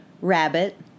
Rabbit